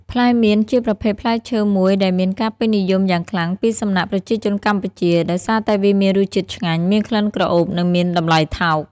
ផ្លែមៀន ជាប្រភេទផ្លែឈើមួយដែលមានការពេញនិយមយ៉ាងខ្លាំងពីសំណាក់ប្រជាជនកម្ពុជា ដោយសារតែវាមានរសជាតិឆ្ងាញ់ មានក្លិនក្រអូប និងមានតម្លៃថោក។